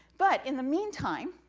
but in the meantime,